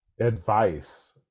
advice